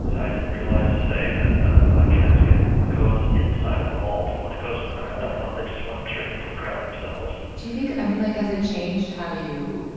i didn't realize, say, that a casket goes inside of a vault. and when it goes in the ground i thought they just went straight into the ground themselves do you think i mean, like, has it changed how you,